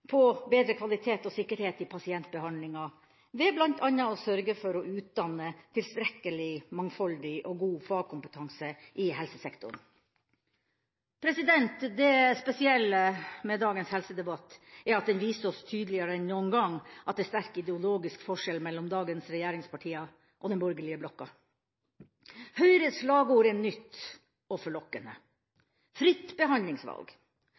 på bedre kvalitet og sikkerhet i pasientbehandlinga, ved bl.a. å sørge for å utdanne tilstrekkelig, mangfoldig og god fagkompetanse i helsesektoren. Det spesielle med dagens helsedebatt er at den viser oss tydeligere enn noen gang at det er sterk ideologisk forskjell mellom dagens regjeringspartier og den borgerlige blokka. Høyres slagord er nytt og forlokkende: «fritt behandlingsvalg».